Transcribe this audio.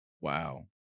Wow